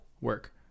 work